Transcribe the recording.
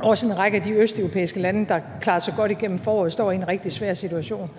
og også en række af de østeuropæiske lande, der klarede sig godt igennem foråret, står i en rigtig svær situation.